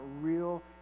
real